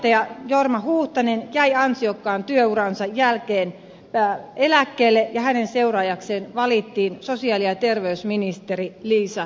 pääjohtaja jorma huuhtanen jäi ansiokkaan työuransa jälkeen eläkkeelle ja hänen seuraajakseen valittiin sosiaali ja terveysministeri liisa hyssälä